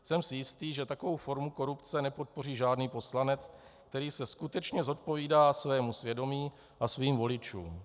Jsem si jistý, že takovou formu korupce nepodpoří žádný poslanec, který se skutečně zodpovídá svému svědomí a svým voličům.